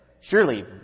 Surely